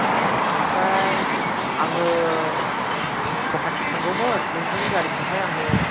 ए ओमफ्राय आङो गुवाहाटी थांगौमोन नोंथांनि गारिखौहाय आङो